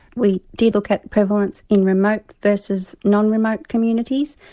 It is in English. we did look at prevalence in remote versus non-remote communities.